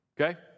okay